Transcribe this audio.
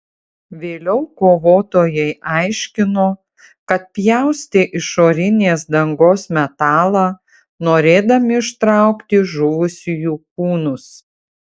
vėliau kovotojai aiškino kad pjaustė išorinės dangos metalą norėdami ištraukti žuvusiųjų kūnus